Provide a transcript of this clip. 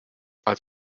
als